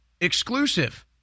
Exclusive